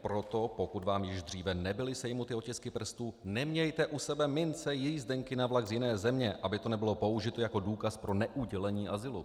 Proto pokud vám již dříve nebyly sejmuty otisky prstů, nemějte u sebe mince, jízdenky na vlak z jiné země, aby to nebylo použito jako důkaz pro neudělení azylu.